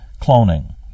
cloning